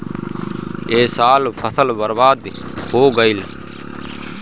ए साल फसल बर्बाद हो गइल